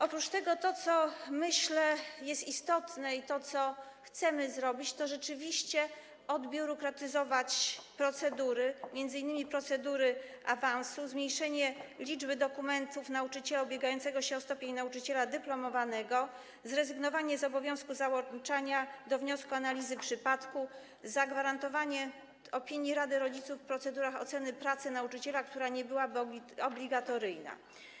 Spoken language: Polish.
Oprócz tego to, co - jak myślę - rzeczywiście jest istotne i co chcemy zrobić: odbiurokratyzowanie procedur m.in. procedury awansu, zmniejszenie liczby dokumentów nauczyciela ubiegającego się o stopień nauczyciela dyplomowanego, zrezygnowanie z obowiązku załączania do wniosku analizy przypadku, zagwarantowanie opinii rady rodziców w procedurach oceny pracy nauczyciela, która nie byłaby obligatoryjna.